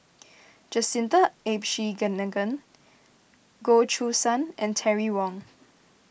Jacintha Abisheganaden Goh Choo San and Terry Wong